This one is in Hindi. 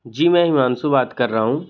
जी मैं हिमांशु बात कर रहा हूँ